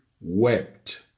wept